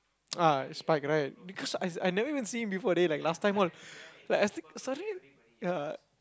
ah spike right because I I never even see him before then he like last time all like I say suddenly uh